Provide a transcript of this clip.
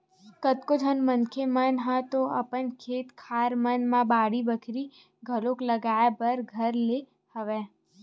कतको झन मनखे मन ह तो अपन खेत खार मन म बाड़ी बखरी घलो लगाए बर धर ले हवय